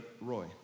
Roy